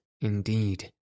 indeed